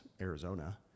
Arizona